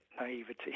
naivety